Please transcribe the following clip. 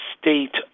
state